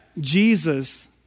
Jesus